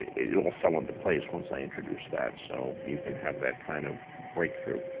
it all fell into place once i introduced that. so, you can have that kind of breakthrough.